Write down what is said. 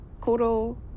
koro